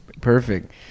perfect